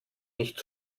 nicht